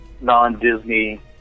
non-Disney